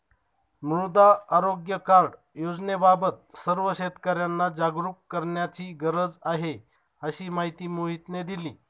मृदा आरोग्य कार्ड योजनेबाबत सर्व शेतकर्यांना जागरूक करण्याची गरज आहे, अशी माहिती मोहितने दिली